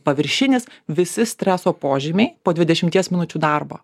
paviršinis visi streso požymiai po dvidešimties minučių darbo